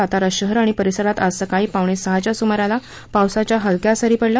सातारा शहर आणि परिसरात आज सकाळी पावणे सहाच्या सुमाराला पावसाच्या हलक्या सरी पडल्या